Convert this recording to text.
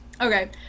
Okay